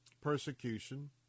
persecution